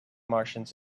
martians